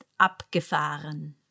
Abgefahren